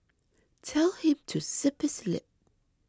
tell him to zip his lip